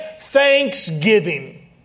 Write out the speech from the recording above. thanksgiving